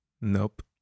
Nope